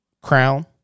Crown